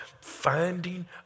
finding